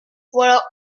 voilà